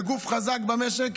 בגוף חזק במשק,